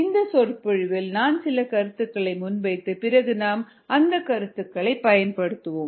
இந்த சொற்பொழிவில் நான் சில கருத்துக்களை முன்வைத்து பிறகு நாம் அந்த கருத்துகளைப் பயன்படுத்துவோம்